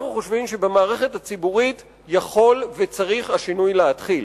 אנחנו חושבים שהשינוי יכול וצריך להתחיל